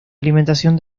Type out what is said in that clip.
alimentación